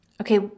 Okay